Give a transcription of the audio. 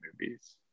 movies